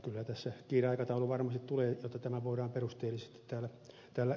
kyllä tässä kiireaikataulu varmasti tulee jotta tämä voidaan perusteellisesti täällä käsitellä